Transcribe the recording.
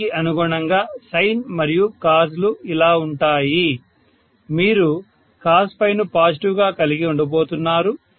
దానికి అనుగుణంగా sin మరియు cos లు ఇలా ఉంటాయి మీరు cosను పాజిటివ్ గా కలిగి ఉండబోతున్నారు